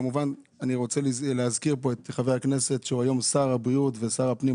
כמובן אני רוצה להזכיר פה את חבר הכנסת שהוא היום שר הבריאות ושר הפנים,